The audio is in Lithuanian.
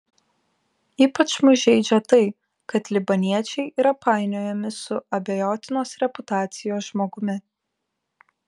ypač mus žeidžia tai kad libaniečiai yra painiojami su abejotinos reputacijos žmogumi